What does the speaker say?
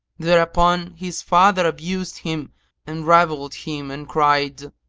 thereupon his father abused him and reviled him and cried,